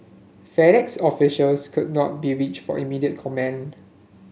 FedEx officials could not be reach for immediate comment